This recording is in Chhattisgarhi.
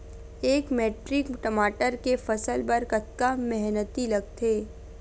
एक मैट्रिक टमाटर के फसल बर कतका मेहनती लगथे?